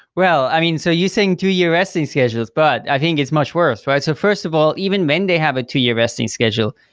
well i mean, so you're saying two-year vesting schedules, but i think it's much worse. right, so first of all, even when they have a two-year vesting schedule,